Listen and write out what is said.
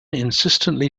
insistently